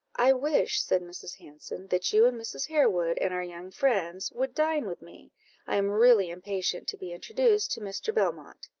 i wish, said mrs. hanson, that you and mrs. harewood and our young friends would dine with me i am really impatient to be introduced to mr. belmont.